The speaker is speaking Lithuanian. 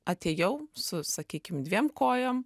atėjau su sakykim dviem kojom